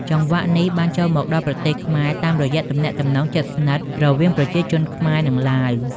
ចង្វាក់នេះបានចូលមកដល់ប្រទេសខ្មែរតាមរយៈទំនាក់ទំនងជិតស្និទ្ធរវាងប្រជាជនខ្មែរ និងឡាវ។